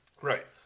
Right